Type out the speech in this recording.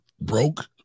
broke